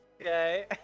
Okay